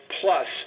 plus